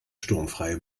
sturmfreie